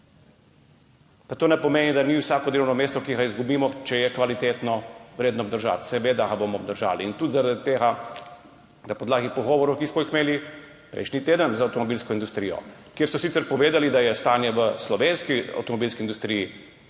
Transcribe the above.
Pa to ne pomeni, da ni vsakega delovnega mesta, ki ga izgubimo, če je kvalitetno, vredno obdržati. Seveda ga bomo obdržali. Tudi zaradi tega smo imeli prejšnji teden pogovore z avtomobilsko industrijo, kjer so sicer povedali, da je stanje v slovenski avtomobilski industriji